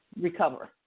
recover